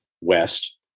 West